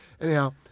anyhow